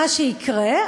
מה שיקרה,